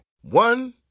One